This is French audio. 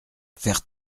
faire